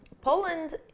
Poland